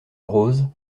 rose